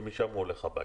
ומשם הוא הולך הביתה.